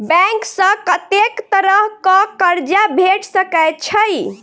Bank सऽ कत्तेक तरह कऽ कर्जा भेट सकय छई?